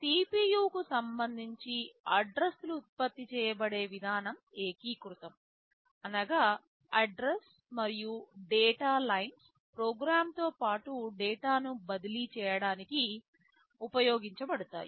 CPU కి సంబంధించిఅడ్రస్సులు ఉత్పత్తి చేయబడే విధానం ఏకీకృతం అనగా అడ్రస్ మరియు డేటా లైన్స్ ప్రోగ్రామ్తో పాటు డేటాను బదిలీ చేయడానికి ఉపయోగించబడతాయి